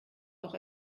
auch